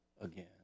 again